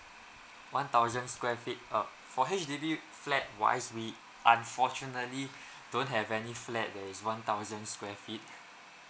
one thousand square feet oh for H_D_B flat wise we unfortunately don't have any flat is one thousand square feet